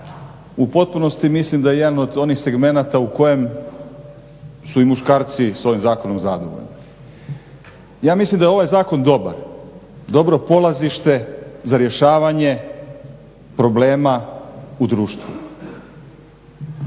u potpunosti mislim da je jedan od onih segmenata u kojem su i muškarci s ovim zakonom zadovoljni. Ja mislim da je ovaj zakon dobar, dobro polazište za rješavanje problema u društvu.